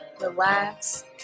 relax